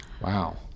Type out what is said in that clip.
Wow